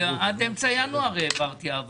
עד אמצע ינואר העברתי.